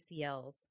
ACLs